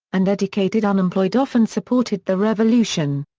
and educated unemployed often supported the revolution.